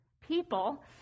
people